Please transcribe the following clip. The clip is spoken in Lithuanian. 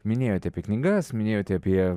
minėjote apie knygas minėjote apie